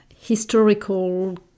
historical